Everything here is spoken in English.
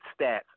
stats